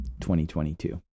2022